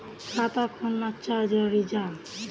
खाता खोलना चाँ जरुरी जाहा?